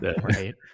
Right